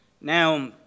Now